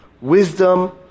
wisdom